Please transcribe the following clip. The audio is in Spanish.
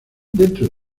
dentro